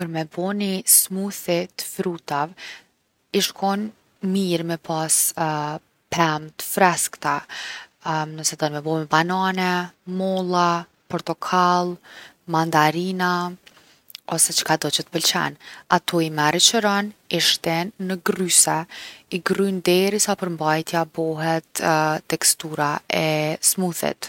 Për me bo ni smoothie t’frutave, ish kon mirë me pas pemë t’freskta. nëse don me bo me banane, molla, portokall, mandarina, ose çkado që t’pëlqen. Ato i merr i qëron, i shtin në grryse, i grryn derisa përmbajtja bohet tekstura e smooth-it.